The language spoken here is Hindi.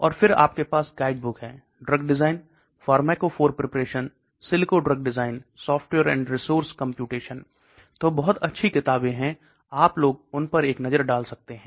और फिर आपके पास गाइडबुक है Drug design Pharmacophore perception Silico drug design Software and resources computation तो बहुत अच्छी किताबें हैं आप लोग उन पर एक नजर डाल सकते है